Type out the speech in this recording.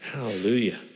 hallelujah